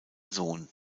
sohn